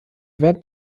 werden